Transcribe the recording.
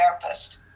therapist